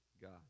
God